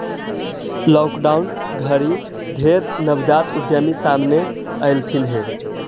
lockdown घरी ढेर नवजात उद्यमी सामने अएलथिन हे